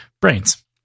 brains